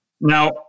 Now